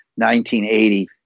1980